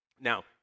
now